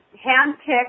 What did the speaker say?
hand-picked